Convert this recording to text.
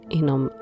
inom